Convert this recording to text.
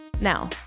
Now